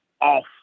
off